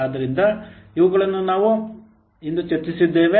ಆದ್ದರಿಂದ ಇವುಗಳನ್ನು ನಾವು ಇಂದು ಚರ್ಚಿಸಿದ್ದೇವೆ